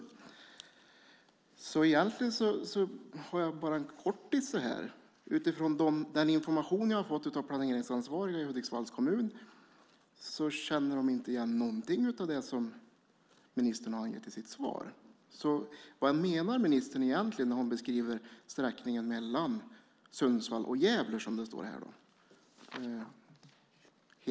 Jag har egentligen bara en kort fråga att ställa utifrån den information jag fått av planeringsansvariga i Hudiksvalls kommun. De säger sig inte känna igen någonting av det som ministern angett i sitt svar. Vad avser ministern när hon i svaret beskriver sträckningen mellan Sundsvall och Gävle?